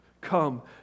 Come